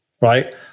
right